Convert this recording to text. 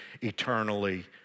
eternally